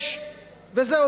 יש, וזהו.